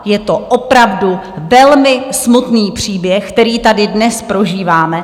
Je to opravdu velmi smutný příběh, který tady dnes prožíváme.